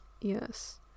Yes